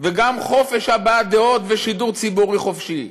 וגם חופש הבעת דעות ושידור ציבורי חופשי.